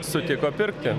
sutiko pirkti